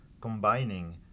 combining